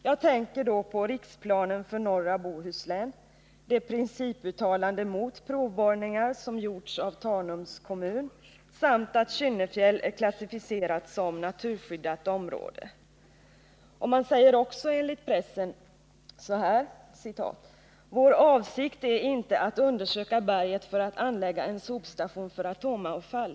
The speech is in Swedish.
Jag tänker då på riksplanen för norra Bohuslän, det principuttalande mot provborrningar, som gjorts av Tanums kommun samt att Kynnefjäll är klassificerat som naturskyddat område.” Man säger också enligt pressen: ”Vår avsikt är inte att undersöka berget för att anlägga en sopstation för atomavfall, .